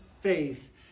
faith